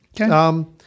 Okay